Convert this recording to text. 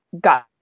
got